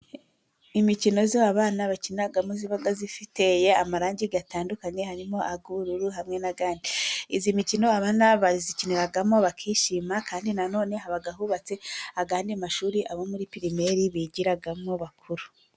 Imikino y'abana bakiniramo iba ifite amarangi atandukanye, harimo iy'ubururu hamwe n'iyindi. Iyi mikino abana bayikiniramo bakishima, kandi nanone haba hubatse ayandi mashuri, abo muri pirimeri bigiramo bakuru.